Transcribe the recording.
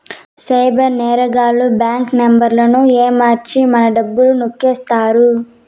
cyber నేరగాళ్లు bank నెంబర్లను ఏమర్చి మన డబ్బులు నొక్కేత్తారు